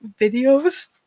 videos